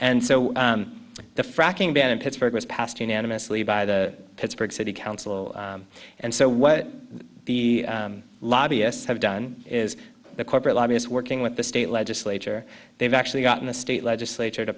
fracking ban in pittsburgh was passed unanimously by the pittsburgh city council and so what the lobbyists have done is the corporate lobbyist working with the state legislature they've actually gotten the state legislature to